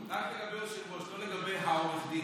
רק לגבי היושב-ראש, לא לגבי העורך דין.